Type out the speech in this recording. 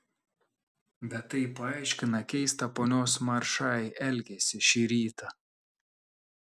bet tai paaiškina keistą ponios maršai elgesį šį rytą